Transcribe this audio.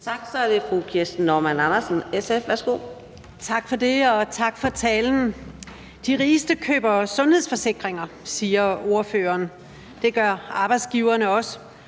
Værsgo. Kl. 13:11 Kirsten Normann Andersen (SF): Tak for det. Og tak for talen. De rigeste køber sundhedsforsikringer, siger ordføreren. Det gør arbejdsgiverne også